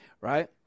right